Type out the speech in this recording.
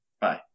Bye